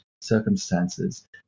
circumstances